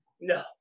No